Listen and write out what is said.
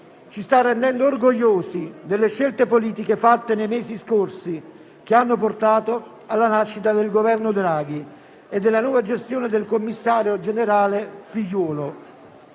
ci sta rendendo orgogliosi delle scelte politiche fatte nei mesi scorsi, che hanno portato alla nascita del governo Draghi e alla nuova gestione del commissario straordinario Figliuolo.